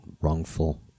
wrongful